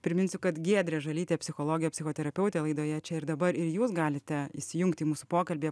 priminsiu kad giedrė žalytė psichologė psichoterapeutė laidoje čia ir dabar ir jūs galite įsijungti į mūsų pokalbį